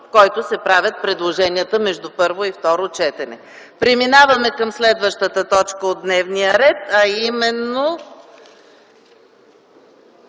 в който се правят предложенията между първо и второ четене. Преминаваме към следващата точка от дневния ред: